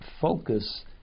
focus